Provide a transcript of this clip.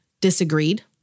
disagreed